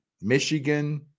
Michigan